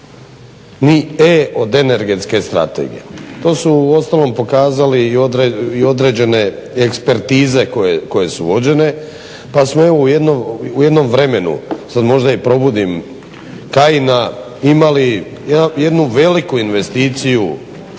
ni e od energetske strategije. To su uostalom pokazali i određene ekspertize koje su uvođene pa smo evo u jednom vremenu sad možda i probudim Kajina imali jednu veliku investiciju